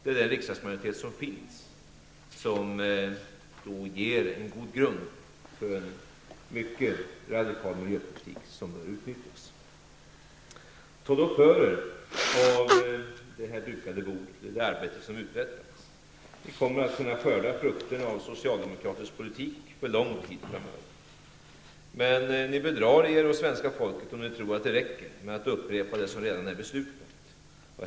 Den riksdagsmajoritet som finns ger en god grund för en mycket radikal miljöpolitik, och denna majoritet bör utnyttjas. Ta för er av det dukade bordet i det arbete som uträttas. Ni kommer att kunna skörda frukterna av socialdemokratisk politik under en lång tid framöver. Men ni bedrar er och svenska folket om ni tror att det räcker att upprepa det som redan är beslutat.